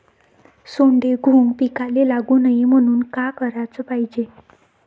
सोंडे, घुंग पिकाले लागू नये म्हनून का कराच पायजे?